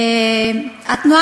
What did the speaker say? תעשה